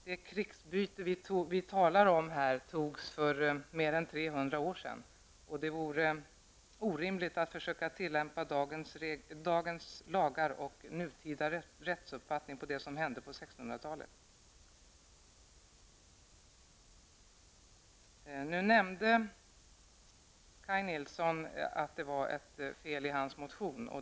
Det krigsbyte vi här talar om togs för mer än 300 år sedan, och det vore orimligt att försöka tillämpa dagens lagar och nutida rättsuppfattning på det som hände på 1600 Kaj Nilsson nämnde att det var ett fel i hans motion.